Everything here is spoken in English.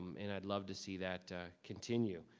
and i'd love to see that continue.